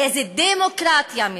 באיזו דמוקרטיה מדובר.